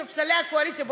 ספסלי הקואליציה,